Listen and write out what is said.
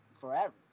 forever